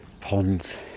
ponds